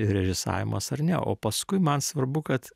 režisavimas ar ne o paskui man svarbu kad